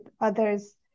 others